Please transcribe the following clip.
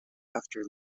after